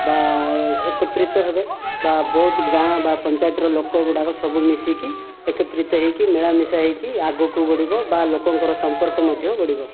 ବା ଏକତ୍ରିତ ହେବେ ବା ବହୁତ ଗାଁ ବା ପଞ୍ଚାୟତର ଲୋକଗୁଡ଼ାକ ସବୁ ମିଶିକି ଏକତ୍ରିତ ହେଇକି ମିଳାମିଶା ହେଇକି ଆଗକୁ ବଢ଼ିବ ବା ଲୋକଙ୍କର ସମ୍ପର୍କ ମଧ୍ୟ ବଢ଼ିବ